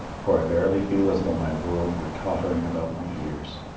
for i verily feel as though my world were tottering about my ears.